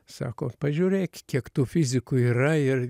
sako pažiūrėk kiek tų fizikų yra ir